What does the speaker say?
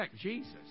Jesus